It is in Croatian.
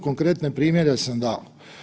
Konkretne primjere sam dao.